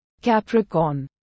Capricorn